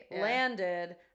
landed